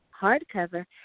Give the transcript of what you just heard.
hardcover